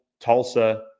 Tulsa